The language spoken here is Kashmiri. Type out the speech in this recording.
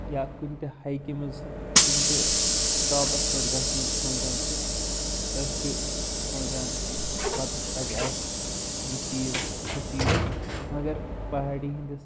یا کُنہِ تہِ ہایکہِ منٛز کُنہِ تہِ ٹاپس پٮ۪ٹھ گژھنُک سونچان چھِ أسۍ چھِ سونٛچان پتہٕ تتہِ آسہِ یہِ چیٖز ہُہ چیٖز مگر پہاڑی ہنٛدِس